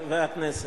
הכנסת,